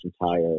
entire